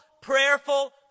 prayerful